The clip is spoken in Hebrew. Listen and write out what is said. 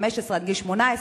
15 עד גיל 18,